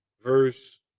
verse